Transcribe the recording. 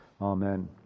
Amen